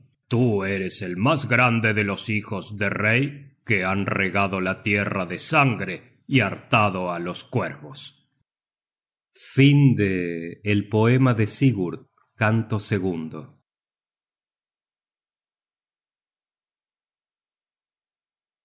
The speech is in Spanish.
tú eres el mas grande de los hijos de rey que han regado la tierra de sangre y hartado á los cuervos acababa sigurd